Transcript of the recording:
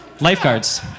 Lifeguards